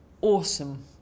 awesome